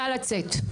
נא לצאת.